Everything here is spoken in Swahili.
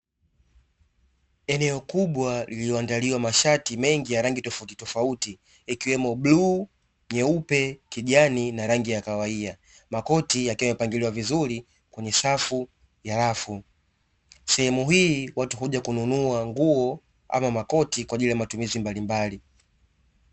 Eneo kubwa lililoandaliwa mashati mengi ya rangi tofauti tofauti ikiwepo bluu, nyeupe, kijani na rangi ya kahawia. Makoti yakiwa yamepangiliwa vizuri kwenye safu ya rafu. Sehemu hii watu huja kununua nguo ama makoti kwaajili ya matumizi mbalimbali.